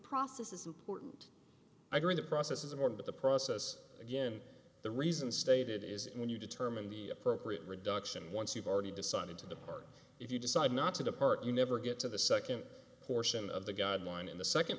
process is important i do in the process is important the process again the reason stated is when you determine the appropriate reduction once you've already decided to depart if you decide not to depart you never get to the second portion of the guideline in the second